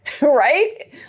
Right